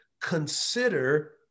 consider